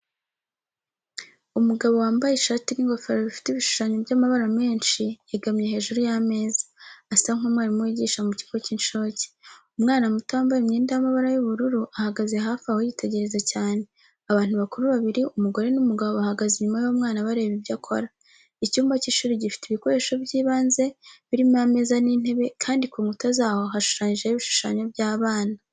Umugabo wambaye ishati n'ingofero bifite ibishushanyo by'amabara menshi, yegamye hejuru y'ameza, asa nk'umwarimu wigisha mu kigo cy'incuke. Umwana muto wambaye imyenda y'amabara y'ubururu, ahagaze hafi aho yitegereza cyane. Abantu bakuru babiri, umugore n'umugabo bahagaze inyuma y'uwo mwana bareba ibyo akora. Icyumba cy'ishuri gifite ibikoresho by'ibanze, birimo ameza n'intebe kandi ku nkuta zaho hashushanyijeho ibishushanyo by'abana.